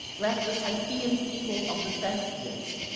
left the siphaean people of the thespians,